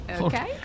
Okay